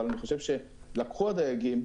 אבל אני חושב שלקחו הדייגים,